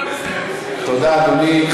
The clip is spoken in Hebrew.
תודה, אדוני.